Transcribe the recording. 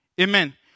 Amen